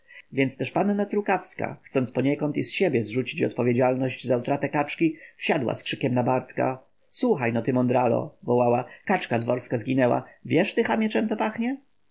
więc też panna trukawska chcąc poniekąd i z siebie zrzucić odpowiedzialność za utratę kaczki wsiadła z krzykiem na bartka słuchajno ty mądralo wołała kaczka dworska zginęła wiesz ty chamie czem to pachnie